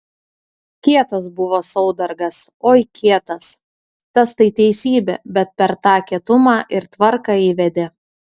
kietas buvo saudargas oi kietas tas tai teisybė bet per tą kietumą ir tvarką įvedė